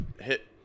hit